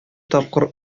тапкыр